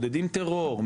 מעודדים טרור,